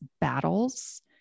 battles